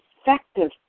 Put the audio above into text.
effective